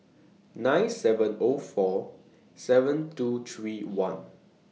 nine seven O four seven two three one